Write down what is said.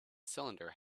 cylinder